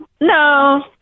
No